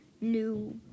new